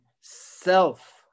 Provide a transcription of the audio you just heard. self